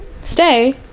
stay